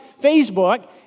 Facebook